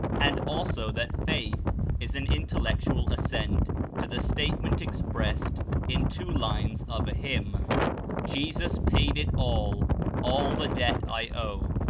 and also that faith is an intellectual assent to the statement expressed in two lines of a hymn jesus paid it all all the debt i owe.